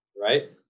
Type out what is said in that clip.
right